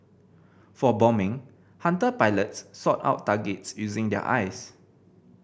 for bombing Hunter pilots sought out targets using their eyes